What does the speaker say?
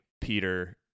Peter